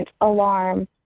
alarm